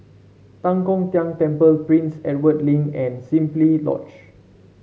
Tan Kong Tian Temple Prince Edward Link and Simply Lodge